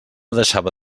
deixava